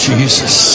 Jesus